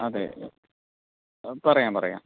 അതെ അതെ പറയാം പറയാം